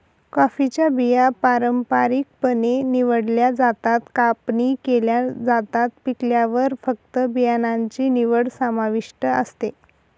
कॉफीच्या बिया पारंपारिकपणे निवडल्या जातात, कापणी केल्या जातात, पिकल्यावर फक्त बियाणांची निवड समाविष्ट असते